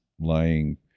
lying